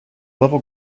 level